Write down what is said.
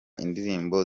indirimbo